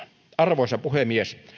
arvoisa puhemies